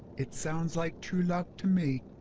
it sounds like true love to me!